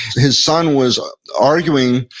his son was arguing.